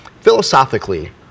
Philosophically